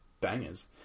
bangers